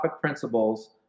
principles